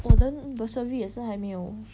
我的 bursary 也是还没有